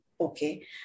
Okay